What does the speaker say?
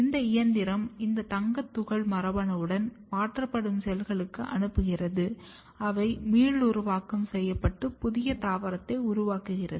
இந்த இயந்திரம் இந்த தங்கத் துகள் மரபணுவுடன் மாற்றப்படும் செல்களுக்கு அனுப்புகிறது அவை மீளுருவாக்கம் செய்யப்பட்டு புதிய தாவரத்தை உருவாக்குகின்றன